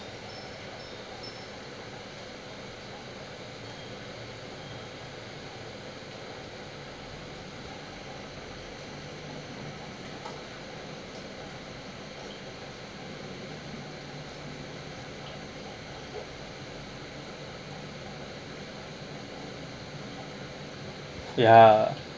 ya